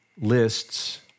lists